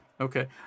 Okay